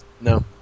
No